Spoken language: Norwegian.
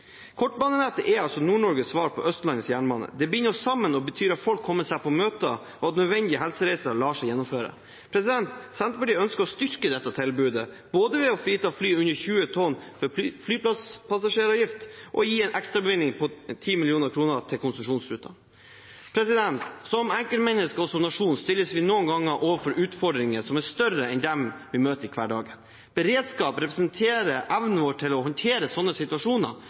Kortbanenettet er Nord-Norges svar på Østlandets jernbane. Det binder oss sammen, betyr at folk kommer seg på møter, og at nødvendige helsereiser lar seg gjennomføre. Senterpartiet ønsker å styrke dette tilbudet, både ved å frita fly under 20 tonn fra flypassasjeravgift og ved å gi en ekstrabevilgning på 10 mill. kr til konsesjonsrutene. Som enkeltmennesker og som nasjon stilles vi noen ganger overfor utfordringer som er større enn dem vi møter i hverdagen. Beredskap representerer evnen vår til å håndtere slike situasjoner